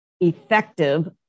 effective